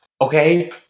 okay